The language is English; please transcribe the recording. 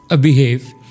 behave